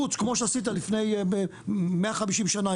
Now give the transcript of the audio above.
רוץ כמו שעשית לפני 150 שנה,